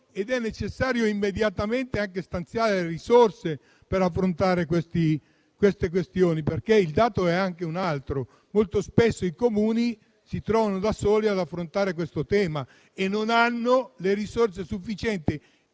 ed è necessario stanziare immediatamente risorse per affrontare tali questioni. Il dato è anche un altro: molto spesso i Comuni si trovano da soli ad affrontare questo tema e non hanno le risorse sufficienti